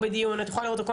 את יכולה לראות אותו,